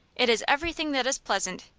it is everything that is pleasant.